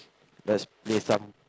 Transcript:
let's play some